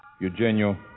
Eugenio